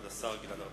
כבוד השר להגנת